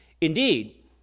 Indeed